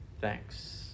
thanks